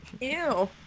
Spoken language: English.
Ew